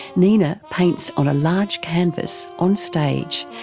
nina paints on a large canvas, on stage,